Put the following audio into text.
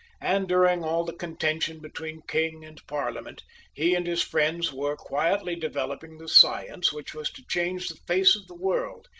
and during all the contention between king and parliament he and his friends were quietly developing the science which was to change the face of the world,